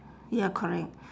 ya correct